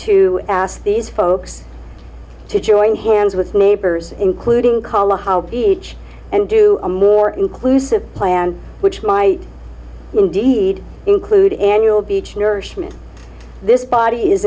to ask these folks to join hands with neighbors including kala how each and do a more inclusive plan which might lead include annual beach nourishment this body is